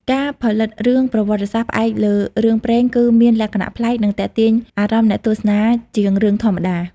ការផលិតរឿងប្រវត្តិសាស្ត្រផ្អែកលើរឿងព្រេងគឺមានលក្ខណៈប្លែក និងទាក់ទាញអារម្មណ៍អ្នកទស្សនាជាងរឿងធម្មតា។